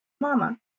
mama